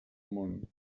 món